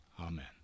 Amen